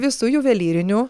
visų juvelyrinių